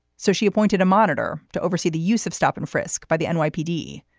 so she appointed a monitor to oversee the use of stop and frisk by the nypd.